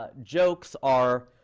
ah jokes are